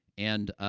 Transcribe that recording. and, ah,